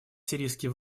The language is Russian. сирийские